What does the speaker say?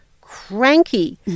cranky